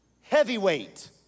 Heavyweight